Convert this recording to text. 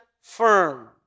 firm